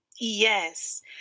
Yes